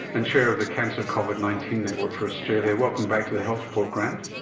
and chair of the cancer covid nineteen network for australia. welcome back to the health report, grant.